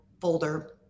folder